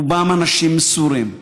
רובם אנשים מסורים,